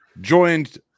joined